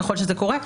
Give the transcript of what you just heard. ככול שזה קורה,